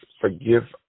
forgive